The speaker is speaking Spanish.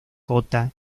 cota